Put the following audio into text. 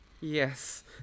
Yes